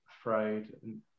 afraid